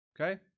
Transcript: Okay